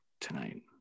tonight